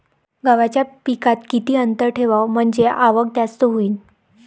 गव्हाच्या पिकात किती अंतर ठेवाव म्हनजे आवक जास्त होईन?